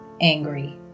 angry